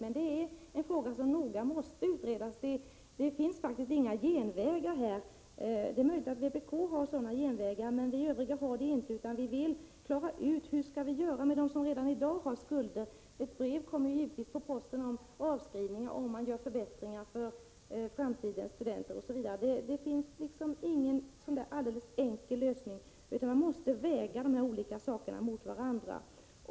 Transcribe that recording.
Detta är emellertid en fråga som noga måste utredas. Här finns faktiskt inga genvägar. Det är möjligt att vpk har genvägar, men vi övriga har det inte. Vi vill klara ut hur vi skall göra med dem som redan i dag har skulder. Krav att avskrivningar skall ske kommer som ett brev på posten om man genomför förbättringar för framtidens studenter osv. Det finns ingen alldeles enkel lösning, utan man måste väga de olika sakerna mot varandra.